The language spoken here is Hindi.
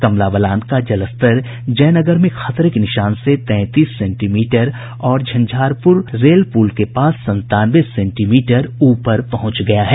कमला बलान का जलस्तर जय नगर में खतरे के निशान से तैंतीस सेंटीमीटर और झंझारपुर रेल पुल के पास संतानवे सेंटीमीटर ऊपर पहुंच गया है